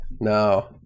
No